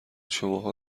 شماها